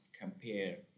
compare